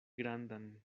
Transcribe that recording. grandan